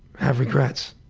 have regrets.